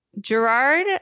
Gerard